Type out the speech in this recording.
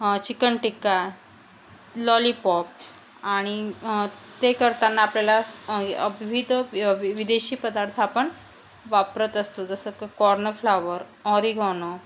chicken tikka lollipop आणि ते करताना आपल्याला विविध विदेशी पदार्थ आपण वापरत असतो जसं कॉर्न फ्लावर ऑरिगॉनो